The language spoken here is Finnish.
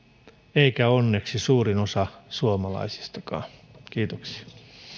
eikä onneksi suurin osa suomalaisistakaan kiitoksia